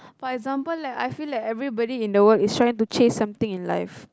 for example like I feel like everybody in the world is trying to chase something in life